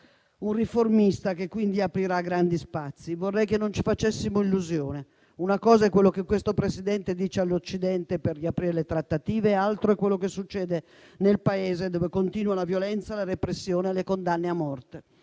un riformista, che aprirà grandi spazi. Vorrei che non ci facessimo illusioni. Una cosa è quello che quel presidente dice all'Occidente per riaprire le trattative; altro è quello che succede nel Paese, dove continuano la violenza, la repressione e le condanne a morte.